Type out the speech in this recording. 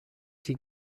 die